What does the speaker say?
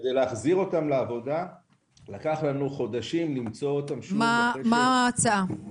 כדי להחזיר אותם לעבודה לקח לנו חודשים למצוא --- מה ההצעה?